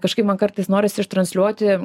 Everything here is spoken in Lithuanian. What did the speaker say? kažkaip man kartais norisi ištransliuoti